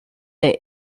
der